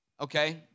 Okay